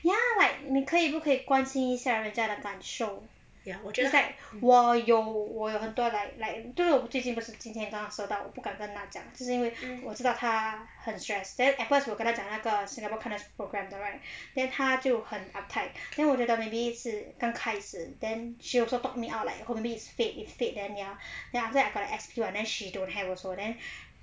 ya like 你可以不可以关心一下人家的感受 is like 我有我有很多 like like 最近我不是今天刚刚收到我不敢跟她讲就是因为我知道她很 stress then at first 我跟她讲那个 singapore kindness program 的 right then 她就很 uptight then 我觉得 maybe 是刚开始 then she also talk me out like maybe is fate if fate then ya then after that I got the S_P [what] then she don't have also then